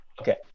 Okay